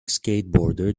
skateboarder